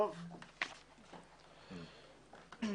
תם